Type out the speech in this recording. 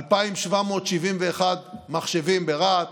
2,771 מחשבים ברהט.